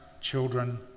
children